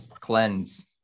Cleanse